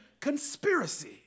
conspiracy